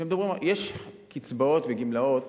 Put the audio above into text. יש קצבאות וגמלאות